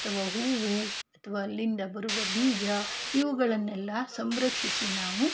ಅಥವಾ ಹೂವು ಅಥವಾ ಅಲ್ಲಿಂದ ಬರುವ ಬೀಜ ಇವುಗಳನ್ನೆಲ್ಲ ಸಂರಕ್ಷಿಸಿ ನಾವು